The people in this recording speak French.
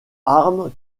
arme